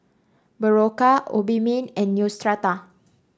Berocca Obimin and Neostrata